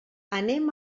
anem